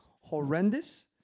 horrendous